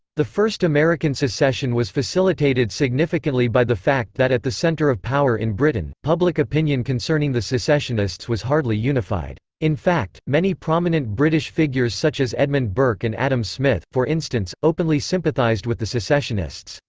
the first american secession was facilitated significantly by the fact that at the center of power in britain, public opinion concerning the secessionists was hardly unified. in fact, many prominent british figures such as edmund burke and adam smith, for instance, openly sympathized with the secessionists.